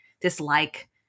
dislike